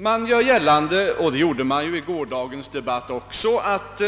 Man gör gällande, och det gjorde man också i gårdagens debatt, att